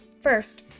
first